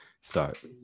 start